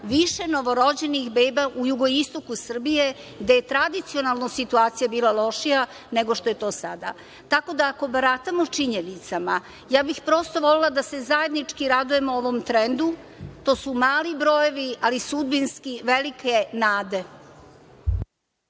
više novorođenih beba u jugoistoku Srbije, gde je tradicionalno situacija bila lošija nego što je to sada. Tako da, ako baratamo činjenicama ja bih volela da se zajednički radujemo ovom trendu. To su mali brojevi, ali sudbinski velike nade.